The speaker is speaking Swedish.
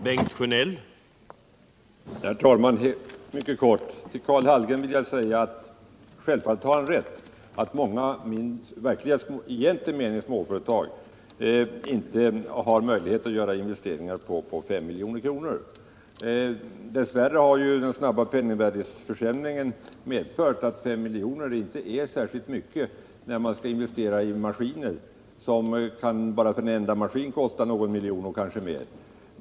Herr talman! Till Karl Hallgren vill jag säga att han självfallet har rätt när han säger att många småföretag i egentlig mening inte har möjlighet att göra investeringar på 5 milj.kr. Dessvärre har dock den snabba penningvärdeförsämringen medfört att 5 milj.kr. inte är särskilt mycket när man skall investera i maskiner, när bara en enda maskin kan kosta någon miljon och kanske mer.